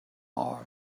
all